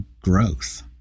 growth